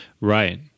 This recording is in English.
Right